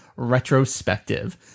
retrospective